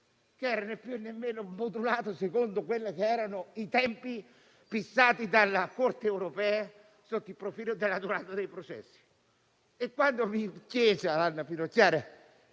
né più, né meno modulato secondo i tempi fissati dalla Corte europea sotto il profilo della durata dei processi. Quando chiesi ad Anna Finocchiaro